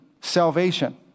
salvation